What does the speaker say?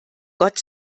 gott